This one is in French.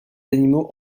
animaux